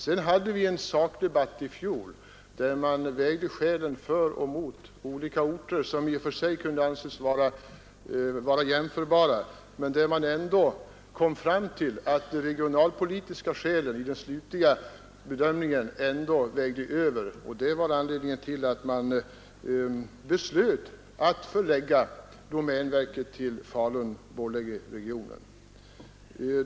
Vi hade en sakdebatt i fjol, där man vägde skälen för och emot olika orter som i och för sig kunde anses vara jämförbara. Vid den slutliga bedömningen kom man fram till att de regionalpolitiska skälen ändå vägde över, och det var anledningen till att man beslöt att förlägga domänverket till Falun-Borlängeregionen.